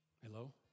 Hello